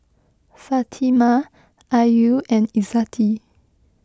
Fatimah Ayu and Izzati